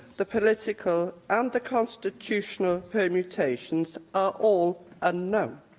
the political, and the constitutional permutations are all unknown.